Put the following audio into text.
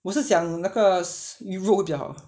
我是讲那个 鱼肉会比较好